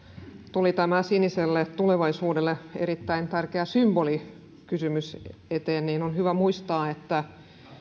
tuli tämä siniselle tulevaisuudelle erittäin tärkeä symbolikysymys eteen on hyvä muistaa että